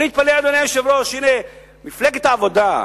אני מתפלא, אדוני היושב-ראש, הנה מפלגת העבודה,